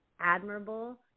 admirable